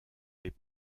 les